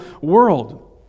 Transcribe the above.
world